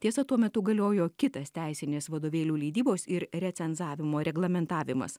tiesa tuo metu galiojo kitas teisinis vadovėlių leidybos ir recenzavimo reglamentavimas